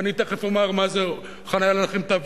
ואני תיכף אומר מה זה חוק חנייה לנכים,